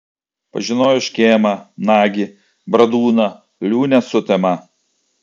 pažinojo škėmą nagį bradūną liūnę sutemą